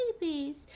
babies